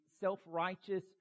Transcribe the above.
self-righteous